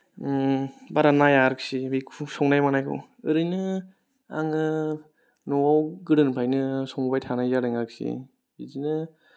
बारा नाया आरोखि बेखौ संनाय मानायखौ ओरैनो आङो न'आव गोदोनिफ्रायनो संबाय थानाय जादों आरोखि बिदिनो